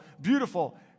beautiful